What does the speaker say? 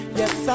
yes